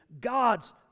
God's